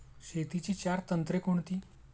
शेतीची चार तंत्रे कोणती?